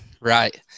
right